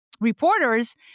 reporters